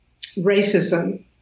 racism